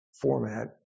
format